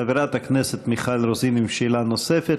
חברת הכנסת מיכל רוזין עם שאלה נוספת.